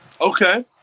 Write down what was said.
Okay